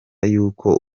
y’uko